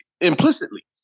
implicitly